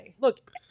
Look